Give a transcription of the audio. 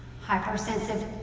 hypersensitive